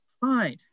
fine